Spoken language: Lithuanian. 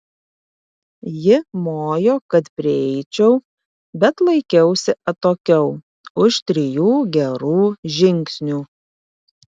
ji mojo kad prieičiau bet laikiausi atokiau už trijų gerų žingsnių